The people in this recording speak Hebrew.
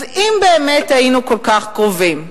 אז אם באמת היינו כל כך קרובים,